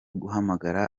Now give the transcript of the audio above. guhamagara